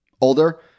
older